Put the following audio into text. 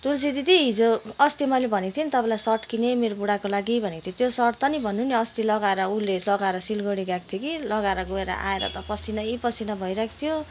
तुलसी दिदी हिजो अस्ति मैले भनेको थिएँ नि तपाईँलाई मैले सर्ट किनेँ मैले मेरो बुढाको लागि भनेको थिएँ त्यो सर्ट त नि भन्नु नि अस्ति लगाएर उसले लगाएर सिलगडी गएको थियो कि लगाएर गएर आएर त पसिनै पसिना भइरहेको थियो